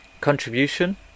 Contribution